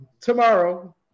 tomorrow